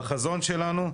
בחזון שלנו,